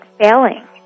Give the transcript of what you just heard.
failing